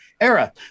era